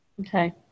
Okay